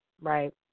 right